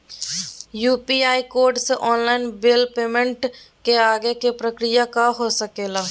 UPI code से online bill payment के आगे के प्रक्रिया का हो सके ला?